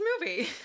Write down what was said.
movie